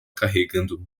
carregando